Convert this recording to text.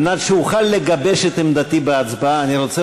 כדי שאוכל לגבש את עמדתי בהצבעה אני רוצה